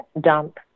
dump